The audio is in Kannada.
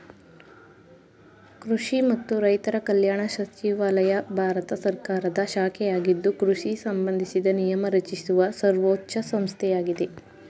ಕೃಷಿ ಮತ್ತು ರೈತರ ಕಲ್ಯಾಣ ಸಚಿವಾಲಯ ಭಾರತ ಸರ್ಕಾರದ ಶಾಖೆಯಾಗಿದ್ದು ಕೃಷಿ ಸಂಬಂಧಿಸಿದ ನಿಯಮ ರಚಿಸುವ ಸರ್ವೋಚ್ಛ ಸಂಸ್ಥೆಯಾಗಿದೆ